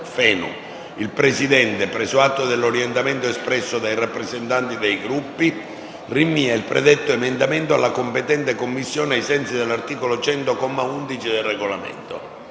Fenu. Il Presidente, preso atto dell'orientamento espresso dai rappresentanti dei Gruppi, rinvia il predetto emendamento alla competente Commissione, ai sensi dell'articolo 100, comma 11, del Regolamento.